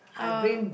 uh